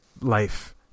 life